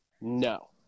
No